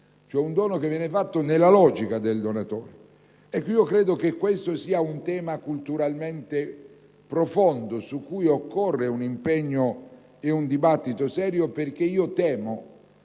un dono che viene fatto nella logica del donatore. Ecco, questo credo sia un tema culturalmente profondo su cui occorre un impegno e un dibattito serio, perché temo